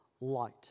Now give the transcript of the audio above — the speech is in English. light